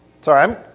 Sorry